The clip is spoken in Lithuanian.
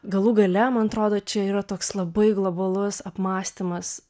galų gale man atrodo čia yra toks labai globalus apmąstymas